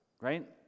right